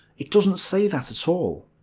it doesn't say that at all.